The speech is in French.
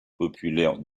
populaire